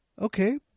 okay